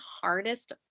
hardest